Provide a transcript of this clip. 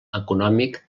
econòmic